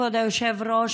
כבוד היושב-ראש,